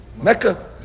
Mecca